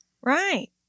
Right